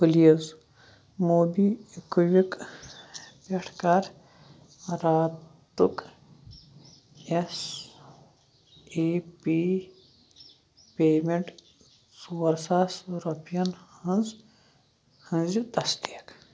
please MobiKwik پٮ۪ٹھ کَر راتُک ایس اےٚ پی پیمٮ۪نٛٹ ژور ساس رۄپیَن ہٕنٛز ہٕنٛزِ تصدیٖق